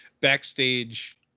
backstage